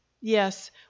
Yes